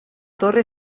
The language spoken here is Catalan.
torre